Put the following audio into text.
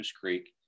Creek